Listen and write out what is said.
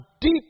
deep